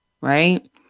Right